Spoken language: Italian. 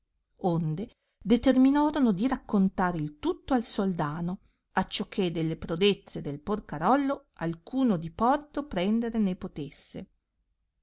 onde determinorono di raccontare il tutto al soldano acciò che delle prodezze del porcarollo alcuno diporto prendere ne potesse